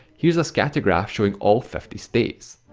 here's a scatter graph showing all fifty states.